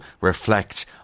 reflect